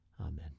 Amen